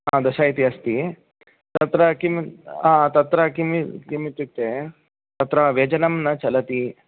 हा दश इति अस्ति तत्र किं तत्र किं किमित्युक्ते तत्र व्यजनं न चलति